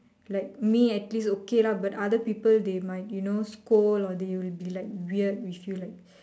like me at least okay lah but other people they might you know scold or they will be like weird if you like